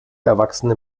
erwachsene